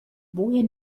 woher